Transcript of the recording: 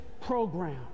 program